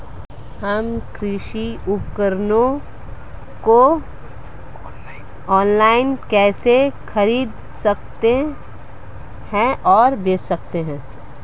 हम कृषि उपकरणों को ऑनलाइन कैसे खरीद और बेच सकते हैं?